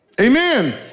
Amen